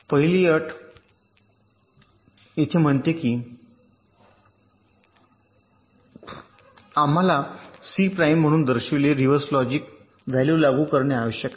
पहिली अट येथे म्हणते की आम्हाला सी प्राइम म्हणून दर्शविलेले रिव्हर्स लॉजिक व्हॅल्यू लागू करणे आवश्यक आहे